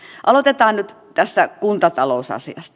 aloitetaan nyt tästä kuntatalousasiasta